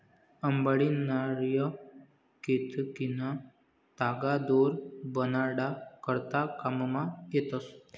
अंबाडी, नारय, केतकीना तागा दोर बनाडा करता काममा येतस